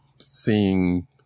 seeing